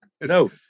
No